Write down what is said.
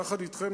יחד אתכם,